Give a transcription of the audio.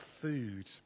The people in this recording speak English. food